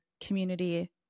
community